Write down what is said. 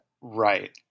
Right